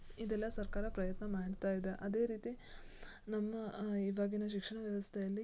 ಇದೆಲ್ಲ ಸರ್ಕಾರ ಪ್ರಯತ್ನ ಮಾಡ್ತಾ ಇದೆ ಅದೇ ರೀತಿ ನಮ್ಮ ಇವಾಗಿನ ಶಿಕ್ಷಣ ವ್ಯವಸ್ಥೆಯಲ್ಲಿ